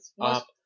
up